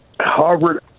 Harvard